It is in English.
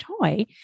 toy